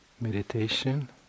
meditation